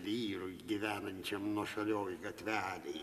vyrui gyvenančiam nuošalioj gatvelėj